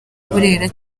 burera